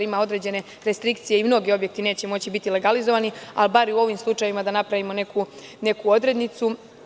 Ima određene restrikcije i mnogi objekti neće moći biti legalizovani, ali bar u ovim slučajevima da napravimo neku odrednicu.